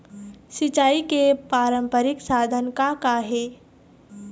सिचाई के पारंपरिक साधन का का हे?